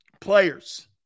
players